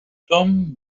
tom